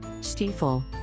Stiefel